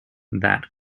that